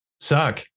suck